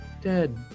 Dead